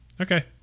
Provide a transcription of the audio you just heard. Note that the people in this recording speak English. okay